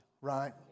right